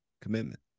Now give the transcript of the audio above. commitment